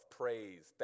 praise